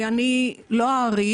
אני לא אאריך.